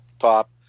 top